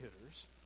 hitters